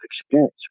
experience